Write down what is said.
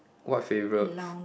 what favourite